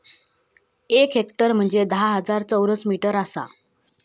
एक हेक्टर म्हंजे धा हजार चौरस मीटर आसा